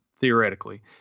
Theoretically